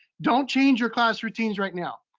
don't change your class routines right now.